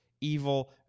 evil